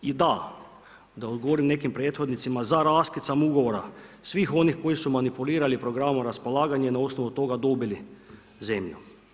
I da, da odgovorim nekim prethodnicima za raskid sam ugovora svih onih koji su manipulirali programom raspolaganja i na osnovu toga dobili zemlju.